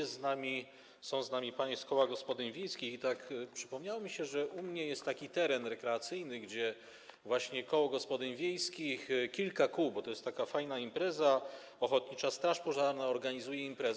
Są z nami panie z koła gospodyń wiejskich i tak przypomniało mi się, że u mnie jest taki teren rekreacyjny, gdzie koło gospodyń wiejskich, kilka kół - bo to jest taka fajna impreza - ochotnicza straż pożarna organizują imprezy.